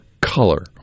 color